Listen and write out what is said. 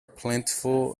plentiful